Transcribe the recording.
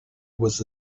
was